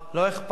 לא אכפת לו.